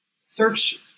Search